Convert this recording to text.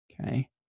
okay